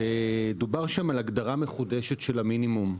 שדובר שם על הגדרה מחודשת של המינימום.